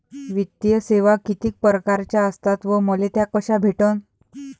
वित्तीय सेवा कितीक परकारच्या असतात व मले त्या कशा भेटन?